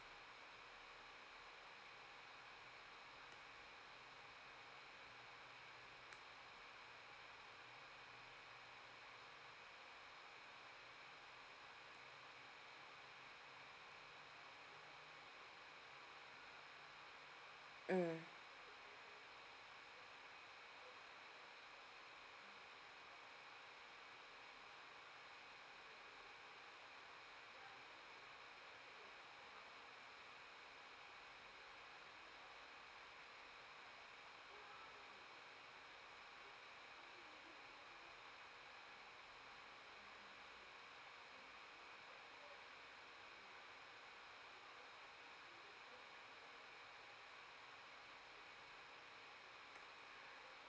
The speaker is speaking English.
mm